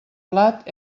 blat